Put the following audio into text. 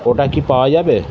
ওটা কি পাওয়া যাবে